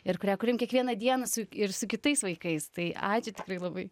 ir kurią kuriam kiekvieną dieną su ir su kitais vaikais tai ačiū tikrai labai